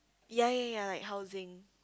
ya ya ya like housing